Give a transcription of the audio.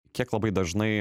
kiek labai dažnai